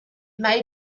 may